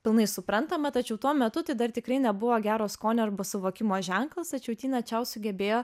pilnai suprantama tačiau tuo metu tai dar tikrai nebuvo gero skonio arba suvokimo ženklas tačiau tina čiau sugebėjo